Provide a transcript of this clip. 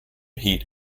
heat